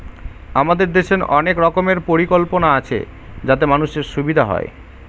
আমাদের দেশের অনেক রকমের পরিকল্পনা আছে যাতে মানুষের সুবিধা হয়